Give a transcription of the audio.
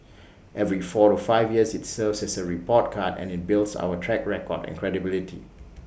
every four to five years IT serves as A report card and IT builds our track record and credibility